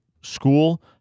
School